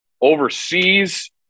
overseas